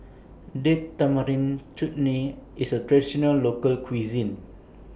Date Tamarind Chutney IS A Traditional Local Cuisine